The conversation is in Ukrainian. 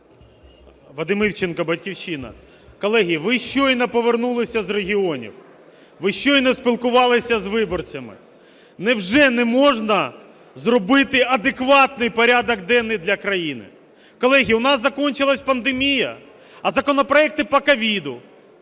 Вадим Івченко, "Батьківщина". Колеги, ви щойно повернулися з регіонів, ви щойно спілкувалися з виборцями. Невже не можна зробити адекватний порядок денний для країни? Колеги, у нас закінчилась пандемія? А законопроекти по COVID?